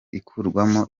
ikurwamo